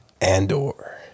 Andor